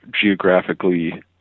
geographically